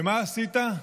ומה עשית?